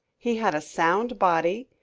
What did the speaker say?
he had a sound body.